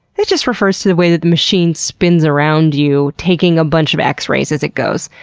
it just refers to the way that the machine spins around you taking a bunch of x-rays as it goes.